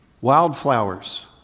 wildflowers